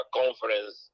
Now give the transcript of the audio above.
conference